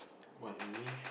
what you mean